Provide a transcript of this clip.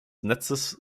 netzes